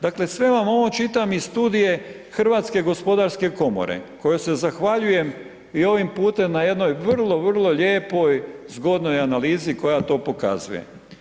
Dakle sve vam ovo čitam iz studije Hrvatske gospodarske komore kojoj se zahvaljujem i ovim putem na jednoj vrlo, vrlo lijepoj zgodnoj analizi koja to pokazuje.